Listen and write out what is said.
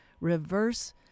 reverse